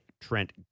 Trent